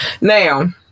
Now